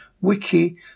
wiki